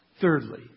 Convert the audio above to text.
Thirdly